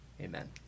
amen